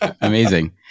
Amazing